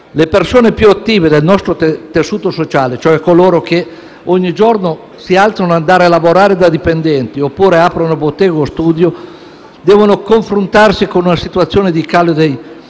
Le persone più attive nel nostro tessuto sociale, coloro che ogni giorno si alzano per andare a lavorare da dipendenti, oppure aprono la bottega o lo studio, devono confrontarsi con una situazione di calo dei volumi